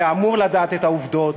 ואמור לדעת את העובדות,